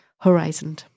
horizon